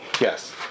Yes